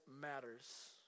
matters